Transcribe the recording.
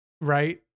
Right